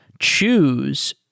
choose